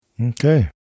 okay